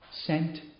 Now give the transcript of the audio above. sent